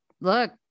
look